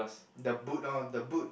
the boot lor the boot